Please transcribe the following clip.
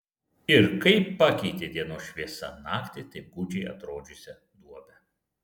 ir kaip pakeitė dienos šviesa naktį taip gūdžiai atrodžiusią duobę